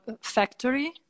factory